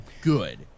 good